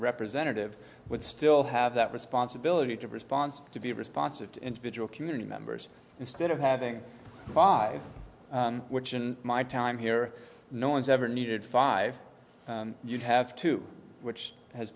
representative would still have that responsibility to response to be responsive to individual community members instead of having five which in my time here no one's ever needed five you have two which has